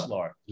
Lord